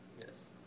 Yes